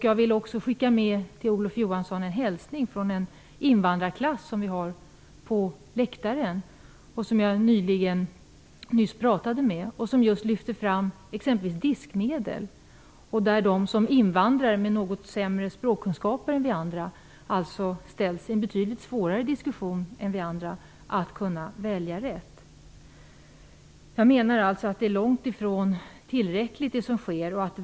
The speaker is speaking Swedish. Jag vill skicka med en hälsning till Olof Johanssson från en invandrarklass som sitter på åhörarläktaren och som jag nyss talade med. En invandrare med något sämre språkkunskaper än vi andra ställs inför en betydligt svårare situation när det gäller att välja rätt. Det som görs är långt ifrån tillräckligt.